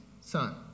son